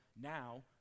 now